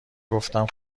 گفتم